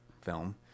film